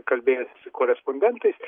kalbėjosi su korespondentais